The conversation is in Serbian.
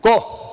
Ko?